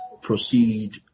proceed